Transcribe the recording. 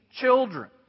children